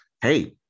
hey